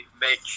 make